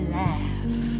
laugh